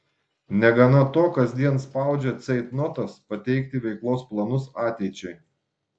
negana to kasdien spaudžia ceitnotas pateikti veiklos planus ateičiai